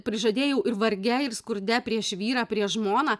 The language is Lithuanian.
prižadėjau ir varge ir skurde prieš vyrą prieš žmoną